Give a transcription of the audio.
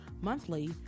Monthly